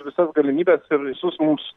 visas galimybes ir visus mums